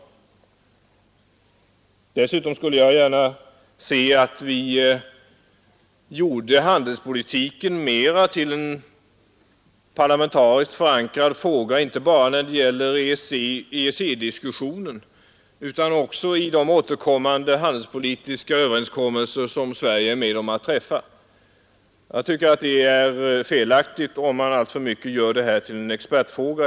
Dessutom skulle jag gärna se att vi gjorde handelspolitiken mera till en parlamentariskt förankrad fråga inte bara när det gäller EEC-diskussionen utan också vid de återkommande handelspolitiska överenskommelser som Sverige deltar i. Det är felaktigt om man gör handelspolitiken till en expertfråga.